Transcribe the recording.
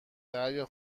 دریا